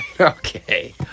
Okay